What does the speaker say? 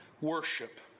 Worship